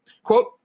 Quote